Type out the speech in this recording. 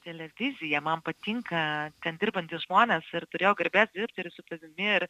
televizija man patinka ten dirbantys žmonės ir turėjau garbės dirbti su tavimi ir